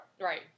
Right